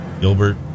Gilbert